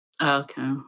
Okay